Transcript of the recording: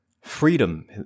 Freedom